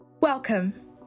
welcome